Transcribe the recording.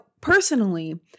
personally